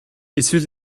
эсвэл